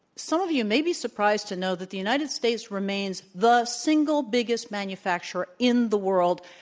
some of you may be surprised to know that the united states remains the single biggest manufacturer in the world,